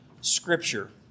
scripture